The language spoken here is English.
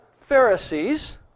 Pharisees